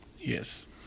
Yes